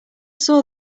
saw